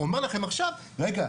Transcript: אומר לכם עכשיו 'רגע,